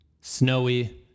snowy